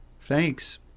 Thanks